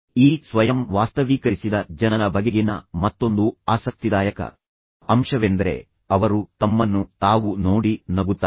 ಈ ಸ್ವಯಂ ವಾಸ್ತವೀಕರಿಸಿದ ಜನರ ಬಗೆಗಿನ ಮತ್ತೊಂದು ಆಸಕ್ತಿದಾಯಕ ಅಂಶವೆಂದರೆ ಅವರು ತಮ್ಮನ್ನು ತಾವು ನೋಡಿ ನಗುತ್ತಾರೆ